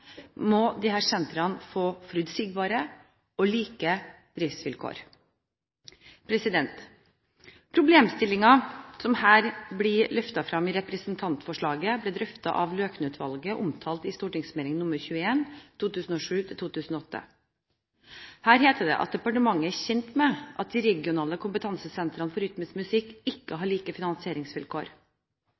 må disse sentrene få forutsigbare og like driftsvilkår. Problemstillingen som her blir løftet fram i representantforslaget, ble drøftet av Løken-utvalget, omtalt i St.meld. nr. 21 for 2007–2008. Her heter det at departementet er kjent med at de regionale kompetansesentrene for rytmisk musikk ikke har like finansieringsvilkår.